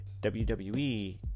WWE